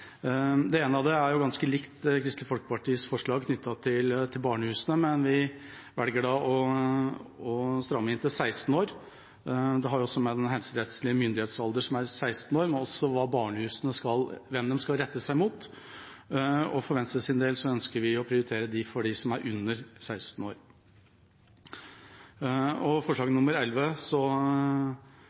Det ene er ganske likt Kristelig Folkepartis forslag knyttet til barnehusene, men vi velger å stramme inn til 16 år. Det har også med den helserettslige myndighetsalderen på 16 år å gjøre, og også med hvem barnehusene skal rette seg mot. For Venstres del ønsker vi å prioritere dem som er under 16 år. Når det gjelder forslag nr. 11, har Stortinget tidligere bedt om dette. Vi fremmer det på nytt og